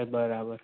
બરાબર